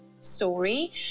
story